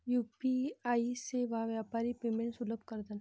UPI सेवा व्यापारी payments सुलभ करतात